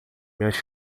minhas